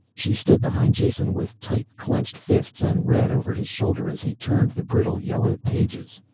she stood behind jason with tight-clenched fists and read over his shoulder as he turned the brittle, yellowed pages.